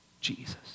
Jesus